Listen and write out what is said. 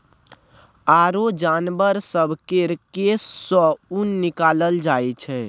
आरो जानबर सब केर केश सँ ऊन निकालल जाइ छै